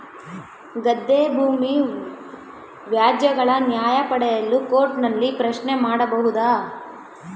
ಗದ್ದೆ ಭೂಮಿ ವ್ಯಾಜ್ಯಗಳ ನ್ಯಾಯ ಪಡೆಯಲು ಕೋರ್ಟ್ ನಲ್ಲಿ ಪ್ರಶ್ನೆ ಮಾಡಬಹುದಾ?